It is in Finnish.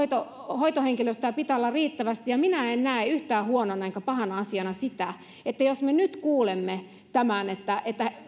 hoitohenkilöstöä pitää olla riittävästi ja minä en en näe yhtään huonona enkä pahana asiana sitä että jos me nyt kuulemme tämän että